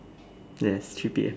yes three P_M